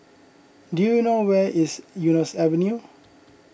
do you know where is Eunos Avenue